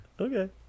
Okay